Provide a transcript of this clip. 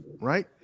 right